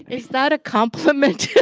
is that a compliment?